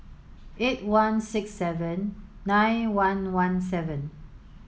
eight one six seven nine one one seven